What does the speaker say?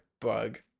bug